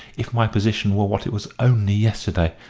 if my position were what it was only yesterday.